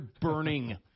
burning